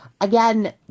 Again